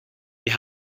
wir